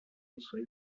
reçoit